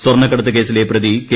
സ്വർണ്ണക്കടത്ത് കേസിലെ പ്രതി കെ